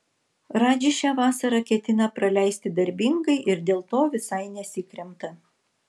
radži šią vasarą ketina praleisti darbingai ir dėl to visai nesikremta